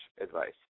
advice